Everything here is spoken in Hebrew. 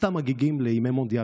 סתם הגיגים לימי מונדיאל.